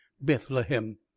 bethlehem